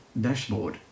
...dashboard